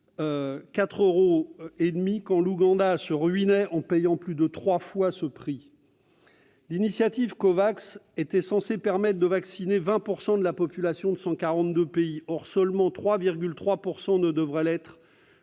4,5 euros quand l'Ouganda se ruinait en payant plus de trois fois le prix. L'initiative Covax était censée permettre de vacciner 20 % de la population de 142 pays ; or ce chiffre devrait n'être